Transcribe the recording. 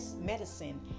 medicine